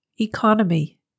Economy